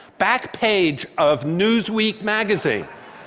back page of newsweek magazine.